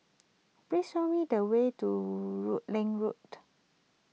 please show me the way to Rutland Road